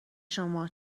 شما